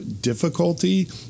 difficulty